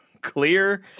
Clear